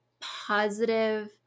positive